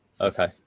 Okay